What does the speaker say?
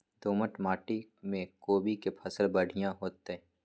दोमट माटी में कोबी के फसल बढ़ीया होतय?